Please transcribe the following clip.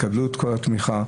תקבלו את כל התמיכה,